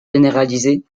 généralisées